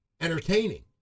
entertaining